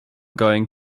going